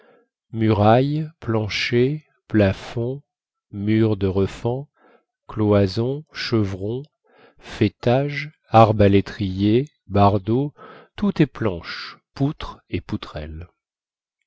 murailles planchers plafonds murs de refend cloisons chevrons faîtage arbalétriers bardeaux tout est planches poutres et poutrelles